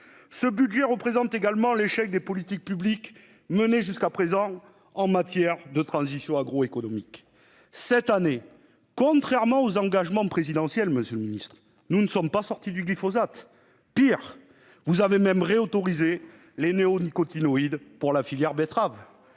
Ce budget représente également l'échec des politiques publiques menées jusqu'à présent en matière de transition agroécologique. Cette année, contrairement aux engagements présidentiels, nous ne sommes pas sortis du glyphosate. Pire, vous avez de nouveau autorisé les néonicotinoïdes pour la filière betterave.